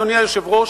אדוני היושב-ראש,